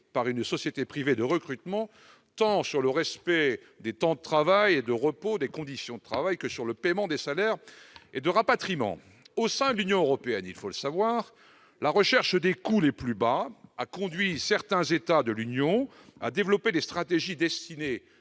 par une société privée de recrutement, tant du point de vue du respect des temps de travail et de repos, ainsi que des conditions de travail, que pour le paiement des salaires et le rapatriement. Au sein de l'Union européenne, la recherche des coûts les plus bas a conduit certains États membres à développer des stratégies destinées